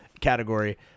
category